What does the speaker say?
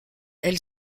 elle